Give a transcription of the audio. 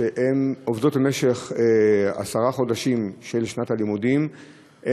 שעובדות במשך עשרת החודשים של שנת הלימודים,